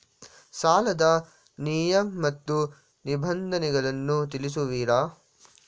ಸಾಲದ ನಿಯಮ ಮತ್ತು ನಿಬಂಧನೆಗಳನ್ನು ತಿಳಿಸುವಿರಾ?